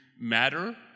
matter